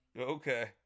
Okay